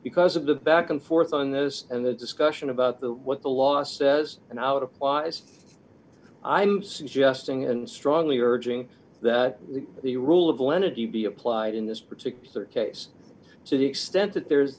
because of the back and forth on this and the discussion about the what the law says and out applies i'm suggesting and strongly urging that the rule of lenity be applied in this particular case to the extent that there